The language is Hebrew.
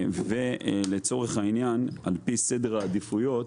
לצורך העניין, על פי סדר העדיפויות,